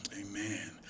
amen